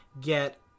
get